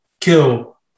kill